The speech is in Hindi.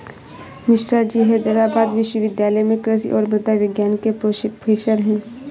मिश्राजी हैदराबाद विश्वविद्यालय में कृषि और मृदा विज्ञान के प्रोफेसर हैं